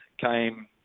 came